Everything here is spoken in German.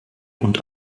und